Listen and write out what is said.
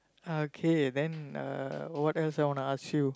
okay then uh what else I wanna ask you